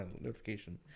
notification